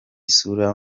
sura